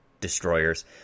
destroyers